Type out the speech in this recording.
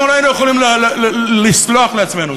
אנחנו לא היינו יכולים לסלוח לעצמנו,